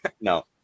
No